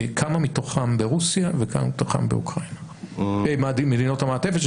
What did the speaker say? כמה מתוכם ברוסיה וכמה מתוכם במדינות המעטפת,